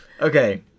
Okay